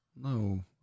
No